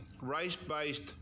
race-based